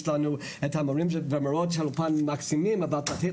יש לנו את המורים והמורות של האולפן שהם מקסימים אבל צריך לתת